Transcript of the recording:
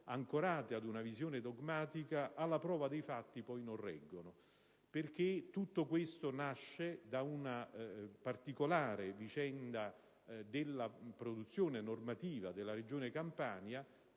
ancorate ad una visione dogmatica, alla prova dei fatti, non reggono. Tutto questo nasce da una particolare vicenda della produzione normativa della Regione Campania